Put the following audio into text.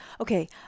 okay